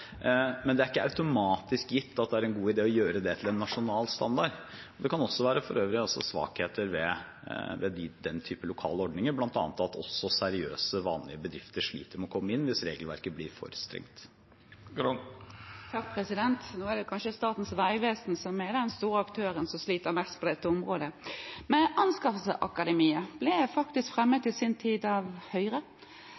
Men det er ikke automatisk gitt at det er en god idé å gjøre det til en nasjonal standard. Det kan for øvrig også være svakheter ved den typen lokale ordninger, bl.a. at også seriøse, vanlige bedrifter sliter med å komme inn hvis regelverket blir for strengt. Statens vegvesen er kanskje den store aktøren som sliter mest på dette området. Forslaget om Anskaffelsesakademiet ble i sin tid fremmet